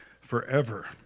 forever